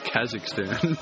Kazakhstan